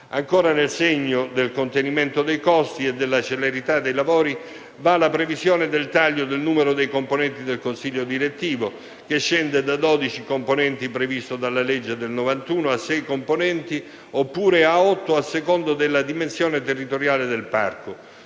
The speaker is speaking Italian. Ancora, nel segno del contenimento dei costi e della celerità dei lavori, va la previsione del taglio del numero dei componenti del consiglio direttivo, che scende da 12 componenti, come previsto della legge del 1991, a 6 componenti, oppure a 8, a seconda della dimensione territoriale del parco.